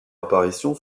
apparition